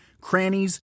crannies